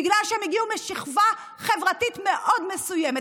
בגלל שהם הגיעו משכבה חברתית מאוד מסוימת,